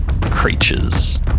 creatures